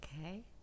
Okay